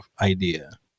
idea